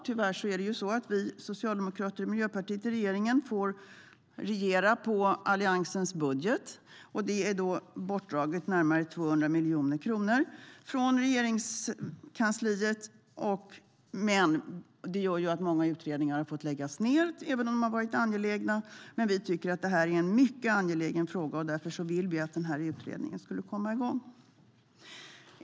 Tyvärr är det ju så att Socialdemokraterna och Miljöpartiet i regeringen får regera med Alliansens budget, och det är bortdraget närmare 200 miljoner kronor från Regeringskansliet. Det gör att många utredningar har fått läggas ned även om de har varit angelägna. Vi tycker trots det att detta är en mycket angelägen fråga, och därför vill vi att utredningen ska komma igång.